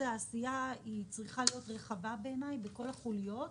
העשייה צריכה להיות רחבה בכל החוליות,